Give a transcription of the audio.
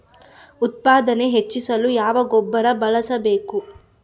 ಉತ್ಪಾದನೆ ಹೆಚ್ಚಿಸಲು ಯಾವ ಗೊಬ್ಬರ ಬಳಸಬೇಕು?